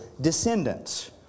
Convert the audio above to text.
descendants